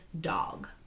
dog